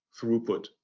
throughput